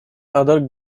other